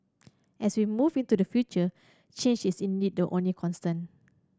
as we move into the future change is indeed the only constant